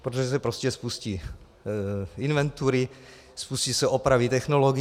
Protože se prostě spustí inventury, spustí se opravy technologií.